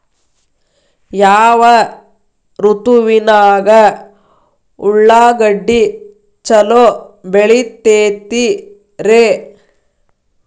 ಯಾವ ಋತುವಿನಾಗ ಉಳ್ಳಾಗಡ್ಡಿ ಛಲೋ ಬೆಳಿತೇತಿ ರೇ?